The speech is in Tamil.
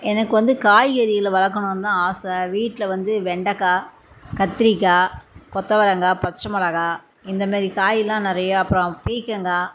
எனக்கு வந்து காய்கறிகளை வளர்க்கணுன்னுதான் ஆசை வீட்டில் வந்து வெண்டக்காய் கத்திரிக்காய் கொத்தவரங்காய் பச்சை மிளகா இந்தமாரி காய்லாம் நிறையா அப்புறம் பீகங்காய்